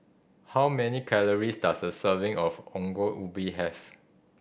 how many calories does a serving of Ongol Ubi have